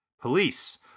Police